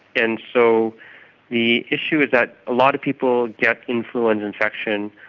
and so the issue is that a lot of people get influenza infection,